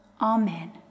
Amen